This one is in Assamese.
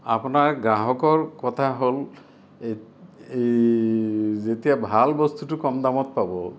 আপোনাৰ গ্ৰাহকৰ কথা হ'ল যেতিয়া ভাল বস্তুটো কম দামত পাব